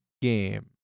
game